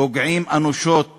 פוגעים אנושות